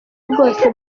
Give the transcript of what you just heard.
bwose